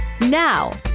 Now